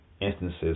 instances